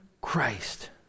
Christ